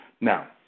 Now